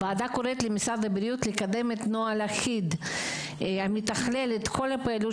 הוועדה קוראת למשרד הבריאות לקדם את הנוהל האחיד שמתכלל את כל פעילות